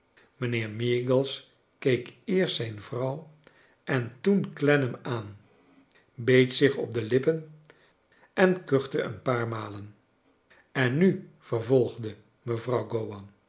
mijnheer meagles keek eerst zijn vrouw en toen clennam aan beet zich op de lippen en kuchte een paar malen en nu vervolgde mevrouw